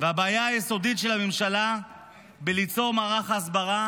והבעיה היסודית של הממשלה בליצור מערך הסברה,